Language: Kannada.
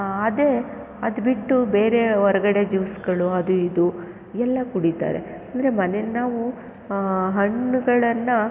ಅದೇ ಅದುಬಿಟ್ಟು ಬೇರೆ ಹೊರ್ಗಡೆ ಜ್ಯೂಸ್ಗಳು ಅದು ಇದು ಎಲ್ಲಾ ಕುಡಿತಾರೆ ಅಂದರೆ ಮನೆಯಲ್ಲಿ ನಾವು ಹಣ್ಣುಗಳನ್ನು